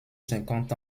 cinquante